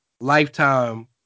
lifetime